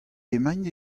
emaint